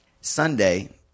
Sunday